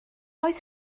oes